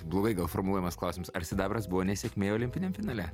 blogai gal formuluojamas klausimas ar sidabras buvo nesėkmė olimpiniam finale